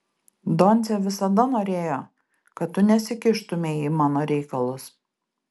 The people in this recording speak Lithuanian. doncė visada norėjo kad tu nesikištumei į mano reikalus